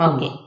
Okay